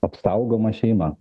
apsaugoma šeima